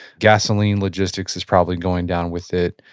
gasoline logistics is probably going down with it,